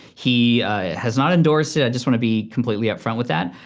he has not endorsed it, i just wanna be completely up front with that,